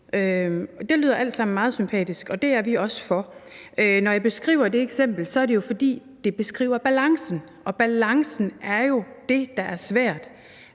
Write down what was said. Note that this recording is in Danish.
Det lyder alt sammen meget sympatisk, og vi er også for det. Når jeg nævner det eksempel, er det jo, fordi det beskriver balancen, og balancen er jo det, der er svært